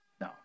No